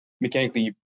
mechanically